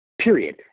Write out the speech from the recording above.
period